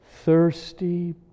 Thirsty